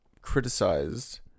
criticized